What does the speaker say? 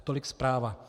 Tolik zpráva.